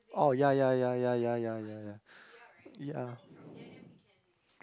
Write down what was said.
oh ya ya ya ya ya ya ya ya ya